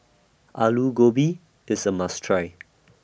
Alu Gobi IS A must Try